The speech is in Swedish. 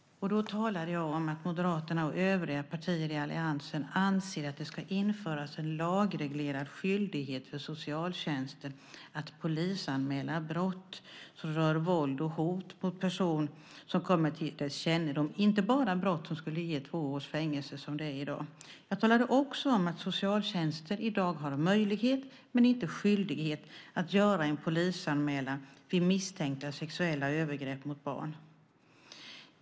Då talade jag om att Moderaterna och övriga partier i alliansen anser att det ska införas en lagreglerad skyldighet för socialtjänsten att polisanmäla brott som rör våld och hot mot person som kommer till dess kännedom, inte bara brott som skulle ge två års fängelse, som det är i dag. Jag talade också om att socialtjänsten i dag har möjlighet men inte skyldighet att göra en polisanmälan vid misstanke om sexuella övergrepp mot barn.